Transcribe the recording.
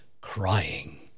crying